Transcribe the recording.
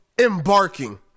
embarking